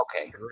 Okay